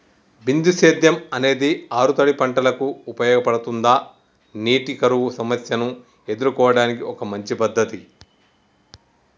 బిందు సేద్యం అనేది ఆరుతడి పంటలకు ఉపయోగపడుతుందా నీటి కరువు సమస్యను ఎదుర్కోవడానికి ఒక మంచి పద్ధతి?